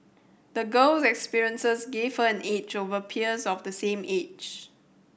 the girl experiences gave her an edge over peers of the same age